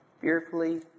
fearfully